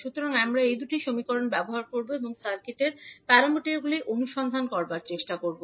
সুতরাং আমরা এই দুটি সমীকরণ ব্যবহার করব এবং এই সার্কিটের y প্যারামিটারগুলি অনুসন্ধান করার চেষ্টা করব